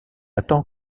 attend